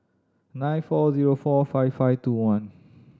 nine four zero four five five two one